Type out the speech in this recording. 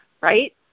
right